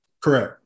Correct